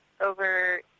over